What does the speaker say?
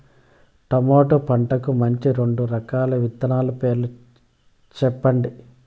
tomato పంటకు మంచి రెండు రకాల విత్తనాల పేర్లు సెప్పండి